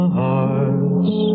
hearts